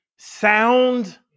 sound